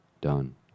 done